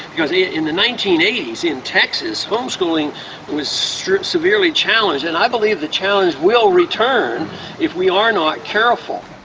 because in the nineteen eighty s, in texas, homeschooling was so severely challenged, and i believe the challenge will return if we are not careful.